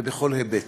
ובכל היבט,